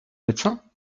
médecin